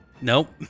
Nope